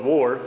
War